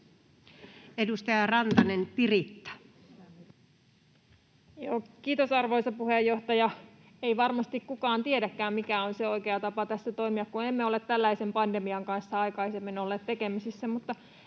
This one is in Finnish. Edustaja Rantanen Piritta. Kiitos, arvoisa puheenjohtaja! Ei varmasti kukaan tiedäkään, mikä on se oikea tapa tässä toimia, kun emme ole tällaisen pandemian kanssa aikaisemmin olleet tekemisissä, mutta